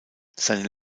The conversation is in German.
seine